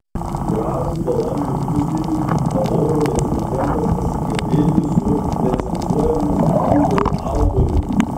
gražų balandžio pusdienį panoro recenzentas pasikalbėti su recenzuojamos knygos autoriumi